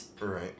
Right